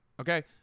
okay